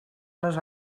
les